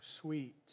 sweet